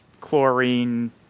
chlorine